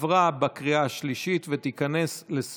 נתקבל.